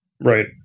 Right